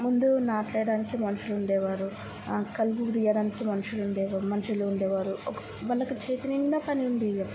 ముందు నాట్లు వెయ్యడానికి మనుషులు ఉండేవారు కలుపులు తీయ్యడానికి మనుషులు ఉండేవారు మనుషులు ఉండేవారు వాళ్ళకి చేతినిండా పని ఉండేది అప్పుడు